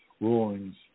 rulings